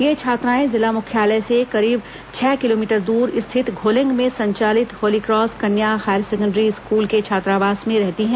ये छात्राएं जिला मुख्यालय से करीब छह किलोमीटर दूर स्थित घोलेंग में संचालित हॉली क्रास कन्या हायर सेकेण्डरी स्कूल के छात्रावास में रहती हैं